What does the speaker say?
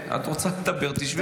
את רוצה לדבר, תשבי בספסל.